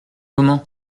comment